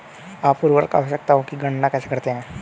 आप उर्वरक आवश्यकताओं की गणना कैसे करते हैं?